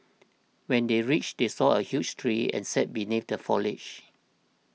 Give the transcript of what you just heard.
when they reached they saw a huge tree and sat beneath the foliage